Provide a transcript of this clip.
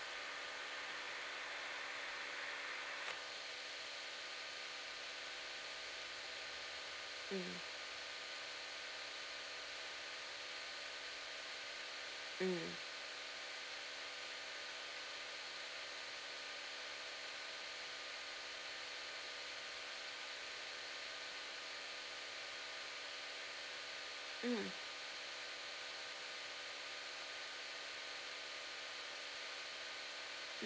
mm mm